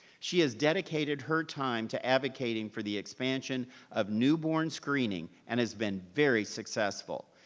she has dedicated her time to advocating for the expansion of newborn screening and has been very successful.